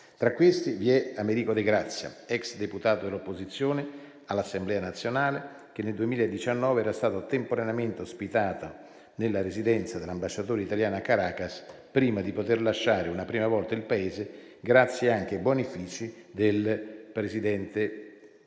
Tra questi vi è Americo de Grazia, ex deputato dell'opposizione all'Assemblea nazionale, che nel 2019 era stato temporaneamente ospitato nella residenza dell'ambasciatore italiano a Caracas, prima di poter lasciare una prima volta il Paese grazie anche ai buoni uffici del presidente